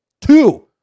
Two